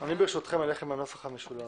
ברשותכם, אני אלך עם הנוסח המשולב.